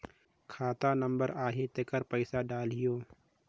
खाता नंबर आही तेकर पइसा डलहीओ?